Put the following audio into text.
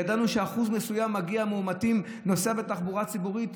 ידענו שאחוז מסוים מגיעים מאומתים ונוסעים בתחבורה ציבורית.